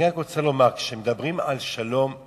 אני רק רוצה לומר, כשמדברים על שלום-אמת